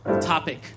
topic